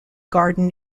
garden